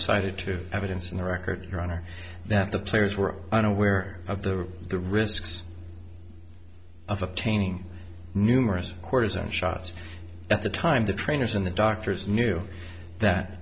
also cited two evidence in the record your honor that the players were unaware of the the risks of obtaining numerous cortisone shots at the time the trainers and the doctors knew that